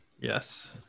Yes